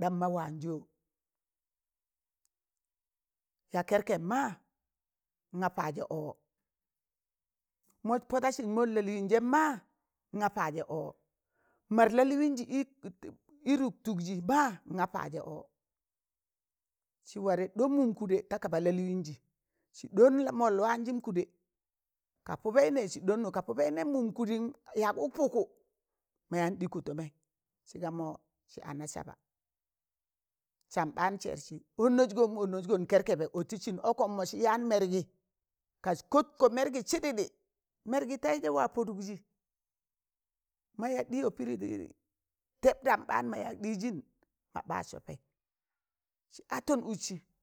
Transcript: ɗam ma waan zọ, ya kẹrkẹbẹ ma ngaa paazẹ ọọ, mọs pọdasị sị mọn lalịịnzẹm ma, ngaa paazẹ ọọ mar lalịịnzị ị rụktụkzị ma, naa paazẹ ọọ sị warẹ ɗob mụm kụdẹ ta kaba la lịịnjị sị ɗọn la mọlị waanzịm kụdẹ, ka pụbẹị nẹ sị ɗọnnụ ka pụbẹị nẹm mụm kụdi yak ụk pụkụ ma yaan ɗịkụ tọmẹị sịga mọ sị ana saba sam b, aan sẹrsị ọnnasgọm ọnai gọn kẹrkẹbẹ ọtịsịn ọkọm mọnjị yaan mẹrgị kas kọt kọ mẹrgị sịdịtị, mẹrgị tẹịzẹ wa pọdụkzị ma ya ɗịyọ pịdị tẹp ɗam ɓaan ma yag ɗịịzịn ma ba sọpị sị atun ụz sị.